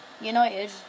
United